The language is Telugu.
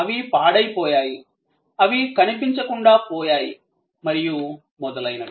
అవి పాడైపోయాయి అవి కనిపించకుండా పోయాయి మరియు మొదలైనవి